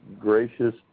gracious